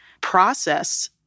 process